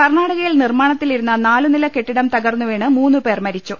കർണ്ണാടകയിൽ നിർമ്മാണത്തിലിരുന്ന നാലു നില കെട്ടിടം തകർന്നു വീണ് മൂന്നുപേർ മരിച്ചു